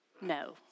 No